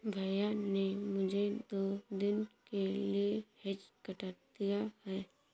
भैया ने मुझे दो दिन के लिए हेज कटर दिया है